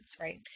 right